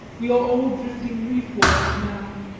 we are all drifting reefwards now,